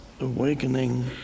awakening